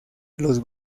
los